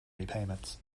repayments